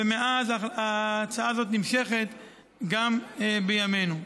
ומאז ההצעה הזאת נמשכת גם בימינו.